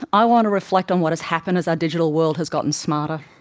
i want to reflect on what has happened as our digital world has gotten smarter,